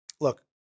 Look